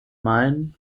main